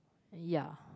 ya